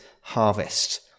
harvest